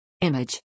Image